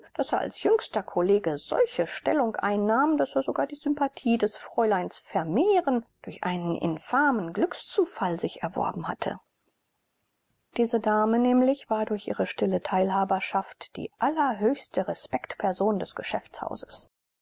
daß er als jüngster kollege solche stellung einnahm daß er sogar die sympathie des fräuleins vermehren durch einen infamen glückszufall sich erworben hatte diese dame nämlich war durch ihre stille teilhaberschaft die allerhöchste respektsperson des